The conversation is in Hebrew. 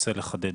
רוצה לחדד.